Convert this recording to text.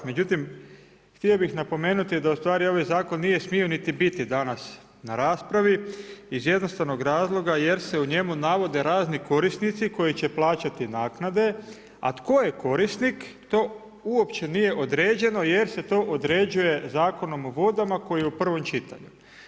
Međutim, htio bih napomenuti da ustvari ovaj zakon nije smio biti danas na raspravu iz jednostavnog razloga jer se u njemu navode razni korisnici koji će plaćati naknade a tko je korisnik, to uopće nije određeno jer se to određuje Zakonom o vodama koji je u prvom čitanju.